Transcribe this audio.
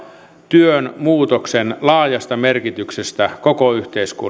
työn muutoksen laajasta merkityksestä koko yhteiskunnalle